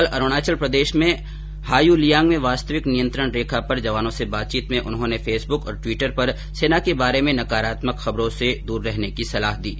कल अरुणाचल प्रदेश में हायूलियांग में वास्तविक नियंत्रण रेखा पर जवानों से बातचीत में उन्होंने फेसबुक और ट्वीटर पर सेना के बारे में नकारात्मक खबरों से उन्हें दूर रहने की सलाह दी है